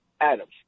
Adams